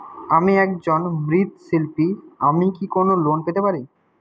আমি একজন মৃৎ শিল্পী আমি কি কোন লোন পেতে পারি?